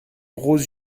gros